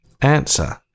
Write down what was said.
answer